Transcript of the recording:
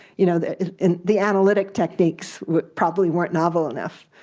you know the the analytic techniques probably weren't novel enough,